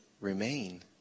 remain